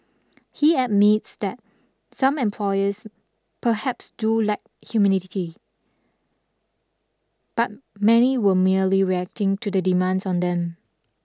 he admits that some employers perhaps do lack huminity but many were merely reacting to the demands on them